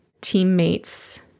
teammates